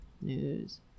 news